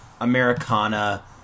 Americana